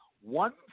One